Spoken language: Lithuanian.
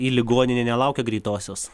į ligoninę nelaukia greitosios